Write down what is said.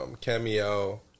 Cameo